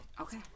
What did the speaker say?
Okay